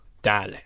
Dale